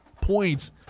points